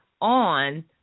on